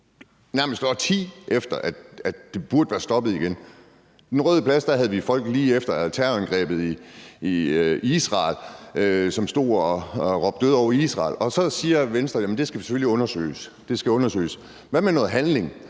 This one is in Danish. nærmest et årti efter at det burde være stoppet igen. På Den Røde Plads var der lige efter terrorangrebet i Israel folk, der stod og råbte død over Israel. Så siger Venstre, at det selvfølgelig skal undersøges. Det skal